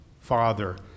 Father